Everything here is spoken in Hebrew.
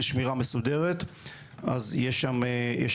ואין שמירה מסודרת,